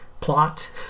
plot